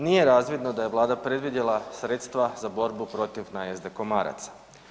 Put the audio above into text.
Nije razvidno da je vlada predvidjela sredstva za borbu protiv najezde komaraca.